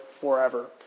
forever